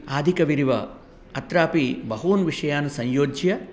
आदिकविरिव अत्रापि बहून् विषयान् संयोज्य